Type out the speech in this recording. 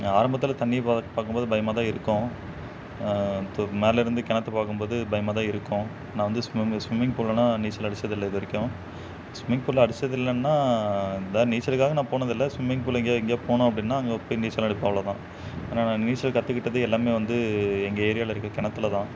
ஆரம்பத்தில் தண்ணியை பாக் பார்க்கும்போது பயமாக தான் இருக்கும் து மேலேயிருந்து கிணத்த பார்க்கும்போது பயமாக தான் இருக்கும் நான் வந்து ஸ்விம்மு ஸ்விம்மிங் பூலுலாம் நீச்சல் அடிச்சதில்லை இது வரைக்கும் ஸ்விம்மிங் பூல்ல அடிச்சது இல்லைன்னா தான் நீச்சலுக்காக நான் போனதில்லை ஸ்விம்மிங் பூலு எங்கையா எங்கையா போனோம் அப்படின்னா அங்கே போய் நீச்சல் அடிப்பேன் அவ்வளோ தான் ஏன்னா நான் நீச்சல் கற்றுக்கிட்டது எல்லாமே வந்து எங்கள் ஏரியாவில இருக்க கிணத்துல தான்